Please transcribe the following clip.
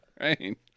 right